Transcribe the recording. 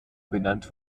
benannt